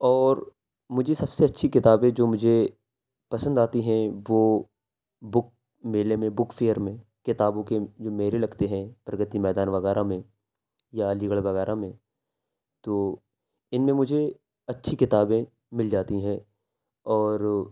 اور مجھے سب سے اچّھی کتابیں جو مجھے پسند آتی ہیں وہ بک میلے میں بک فیئر میں کتابوں کے جو میلے لگتے ہیں پرگتی میدان وغیرہ میں یا علی گڑھ وغیرہ میں تو ان میں مجھے اچھی کتابیں مل جاتی ہیں اور